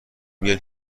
میگه